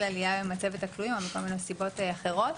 עלייה במצבת הכלואים מכל מיני סיבות אחרות.